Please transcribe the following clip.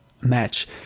match